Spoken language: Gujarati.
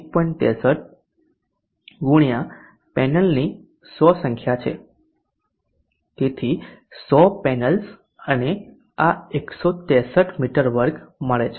63 ગુણ્યા પેનલની 100 સંખ્યા છે તેથી 100 પેનલ્સ અને આ 163 મી2 મળે છે